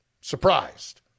Surprised